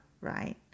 right